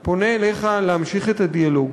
אני פונה אליך להמשיך את הדיאלוג